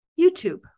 YouTube